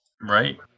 Right